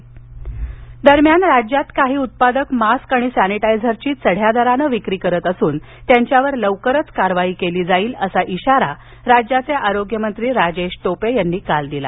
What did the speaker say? राजेश टोपे इशारा दरम्यान राज्यात काही उत्पादक मास्क आणि सॅनिटायझरची चढ्या दरानं विक्री करत असून त्यांच्यावर लवकरच कारवाई केली जाईल असा इशारा राज्याचे आरोग्यमंत्री राजेश टोपे यांनी काल दिला